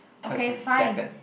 thirty seconds